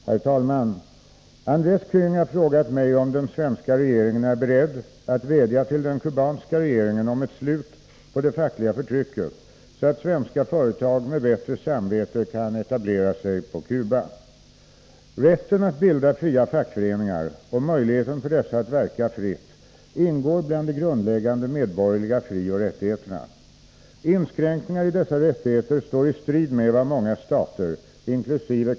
Herr talman! Andres Käng har frågat mig om den svenska regeringen är beredd att vädja till den kubanska regeringen om ett slut på det fackliga förtrycket, så att svenska företag med bättre samvete kan etablera sig på Cuba. Rätten att bilda fria fackföreningar och möjligheten för dessa att få verka fritt ingår bland de grundläggande medborgerliga frioch rättigheterna. Inskränkningar i dessa rättigheter står i strid med vad många stater, inkl.